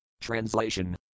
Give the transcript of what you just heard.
Translation